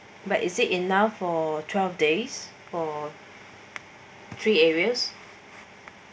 but is it enough for twelve days for three areas